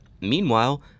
Meanwhile